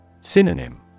Synonym